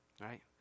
right